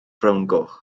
frowngoch